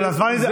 אבל הזמן נגמר.